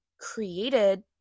created